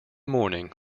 morning